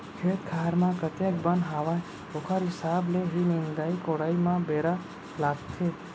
खेत खार म कतेक बन हावय ओकर हिसाब ले ही निंदाई कोड़ाई म बेरा लागथे